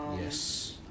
Yes